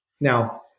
Now